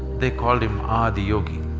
they called him adi yogi.